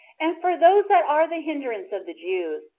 and for those that are the hinderance of the jews,